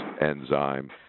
enzyme